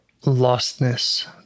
lostness